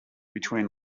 between